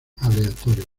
aleatorios